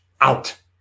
out